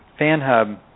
FanHub